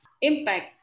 impact